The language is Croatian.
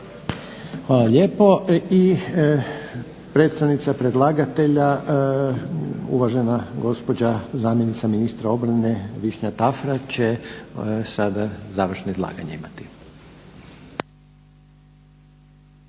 Hvala lijepo. I predstavnica predlagatelja, uvažena gospođa zamjenica ministra obrane Višnja Tafra će sada završno izlaganje imati.